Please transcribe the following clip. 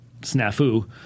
snafu